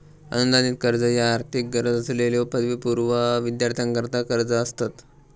अनुदानित कर्ज ह्या आर्थिक गरज असलेल्यो पदवीपूर्व विद्यार्थ्यांकरता कर्जा असतत